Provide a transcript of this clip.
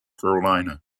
carolina